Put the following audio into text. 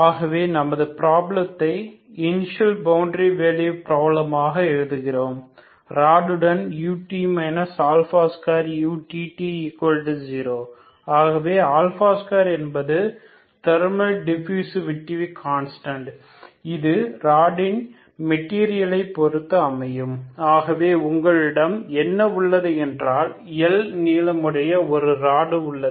ஆகவே நமது ப்ராப்ளத்தை இனிஷியல் பவுண்டரி வேல்யூ பிராப்லமாக எழுதுகிறோம் ராடுடன் ut 2uxx0 ஆகவே 2 என்பது தேர்மல் டிஃபூசிவிடி கன்ஸ்டன்ட் இது ராடின் மெட்டீரியலை பொருத்து அமையும் ஆகவே உங்களிடம் என்ன உள்ளது என்றால் L நீளமுடைய ஒரு ராடு உள்ளது